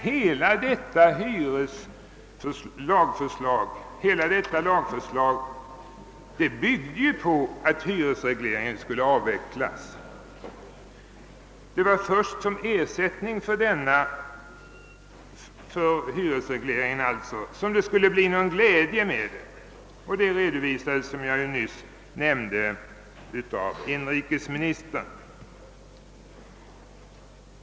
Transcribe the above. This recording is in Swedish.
Hela detta lagförslag byggde på att hyresregleringen skulle avvecklas; det var först som ersättning för hyresregleringen som det skulle bli någon glädje med lagförslaget och det redovisades, som jag nyss nämnde, av inrikesministern.